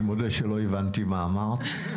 אני מודה שלא הבנתי מה אמרת.